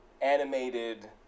animated